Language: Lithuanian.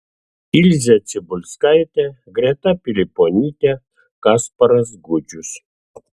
ilzė cibulskaitė greta piliponytė kasparas gudžius